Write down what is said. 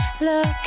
look